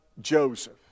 Joseph